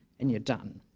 and you're done